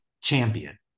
champion